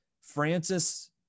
Francis